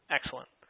Excellent